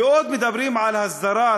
ועוד מדברים על הסדרת